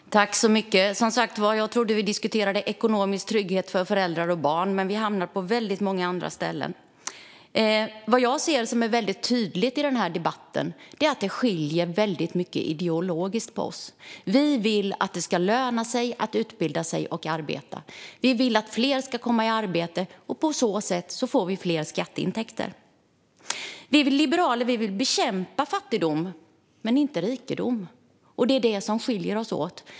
Fru talman! Jag trodde som sagt att vi diskuterade ekonomisk trygghet för föräldrar och barn. Men vi hamnar på väldigt många andra ställen i debatten. Vad jag ser tydligt i den här debatten är att vi skiljer oss väldigt starkt ideologiskt. Vi vill att det ska löna sig att utbilda sig och arbeta. Vi vill att fler ska komma i arbete; på så sätt får vi större skatteintäkter. Vi liberaler vill bekämpa fattigdom men inte rikedom, och det är det som skiljer oss åt.